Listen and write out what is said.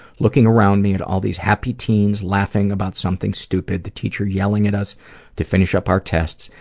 looking around me at all these happy teens laughing about something stupid, the teacher yelling at us to finish up our tests,